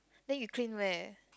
then you clean where